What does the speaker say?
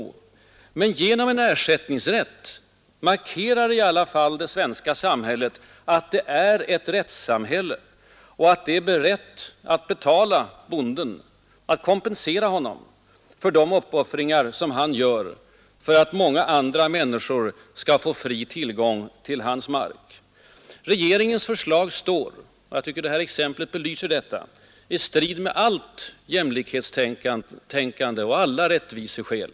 Men genom en ersättningsrätt markerar i alla fall det ten svenska samhället att det är ett rättssamhälle och att det är berett att betala bonden, att kompensera honom för de uppoffringar som han gör för att många andra människor skall få fri tillgång till hans mark. Regeringens förslag står — och jag tycker att det här exemplet belyser detta — i strid med allt jämlikhetstänkande och alla rättviseskäl.